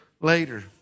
later